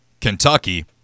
Kentucky